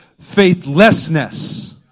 Faithlessness